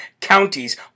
counties